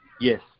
yes